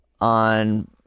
on